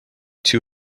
two